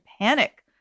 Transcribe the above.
panic